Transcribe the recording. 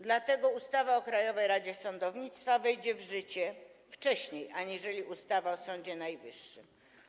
Dlatego ustawa o Krajowej Radzie Sądownictwa wejdzie w życie wcześniej aniżeli ustawa o Sądzie Najwyższym.